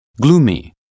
Gloomy